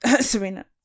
Serena